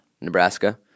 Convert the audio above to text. Nebraska